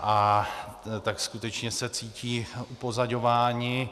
A tak skutečně se cítí upozaďovány.